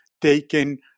taken